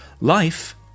Life